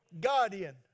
guardian